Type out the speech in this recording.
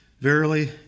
Verily